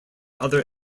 other